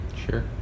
Sure